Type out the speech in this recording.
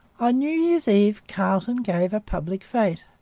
on new year's eve carleton gave a public fete,